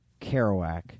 Kerouac